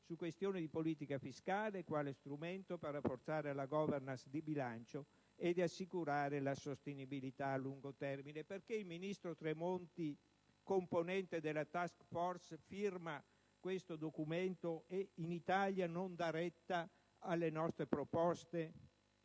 su questioni di politica fiscale quale strumento per rafforzare la *governance* di bilancio ed assicurare la sostenibilità a lungo termine. Perché il ministro Tremonti, componente della *task force*, firma questo documento ed in Italia non dà retta alle nostre proposte